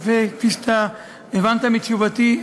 וכפי שאתה הבנת מתשובתי,